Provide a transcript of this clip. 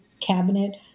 cabinet